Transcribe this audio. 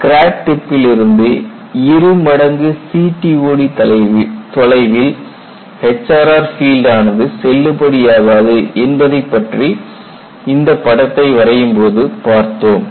crack டிப்பிலிருந்து இருமடங்கு CTOD தொலைவில் HRR பீல்டு ஆனது செல்லுபடியாகாது என்பதைப் பற்றி இந்த படத்தை வரையும்போது பார்த்தோம்